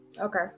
Okay